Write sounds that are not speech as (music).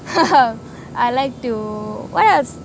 (laughs) I like to what else